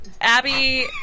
Abby